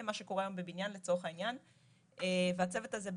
למה שקורה היום בבניין לצורך העניין והצוות הזה,